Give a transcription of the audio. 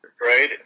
right